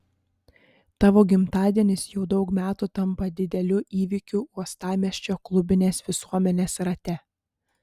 tavo gimtadienis jau daug metų tampa dideliu įvykiu uostamiesčio klubinės visuomenės rate